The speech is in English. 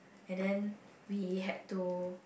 and then we had to